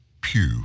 pew